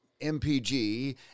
MPG